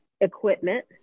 equipment